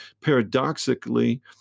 paradoxically